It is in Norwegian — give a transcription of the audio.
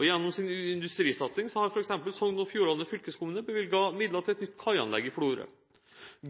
Og gjennom sin industrisatsing har f.eks. Sogn og Fjordane fylkeskommune bevilget midler til et nytt kaianlegg i Florø.